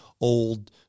old